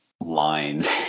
lines